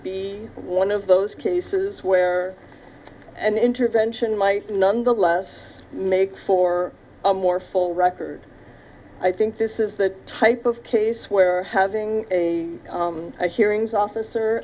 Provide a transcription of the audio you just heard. be one of those cases where an intervention might nonetheless make for a more full record i think this is the type of case where having a hearings officer